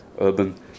urban